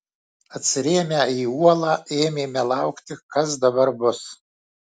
atsirėmę į uolą ėmėme laukti kas dabar bus